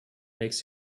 makes